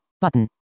button